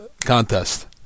contest